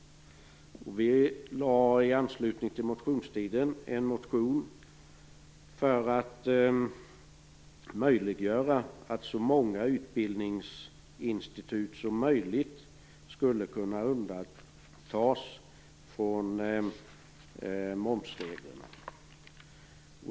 I anslutning till motionstiden väckte vi en motion för att göra det möjligt att undanta så många utbildningsinstitut som möjligt från momsreglerna.